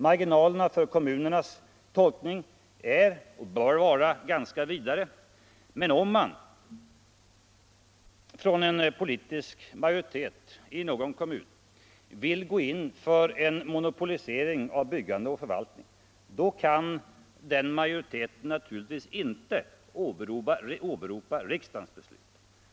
Marginalerna för kommunernas tolkning är och bör vara ganska vida, men om en politisk majoritet i någon kommun vill gå in för en monopolisering av byggande och förvaltning kan den majoriteten naturligtvis inte åberopa riksdagens beslut.